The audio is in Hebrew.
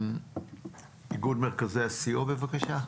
איגוד מרכזי הסיוע, בבקשה.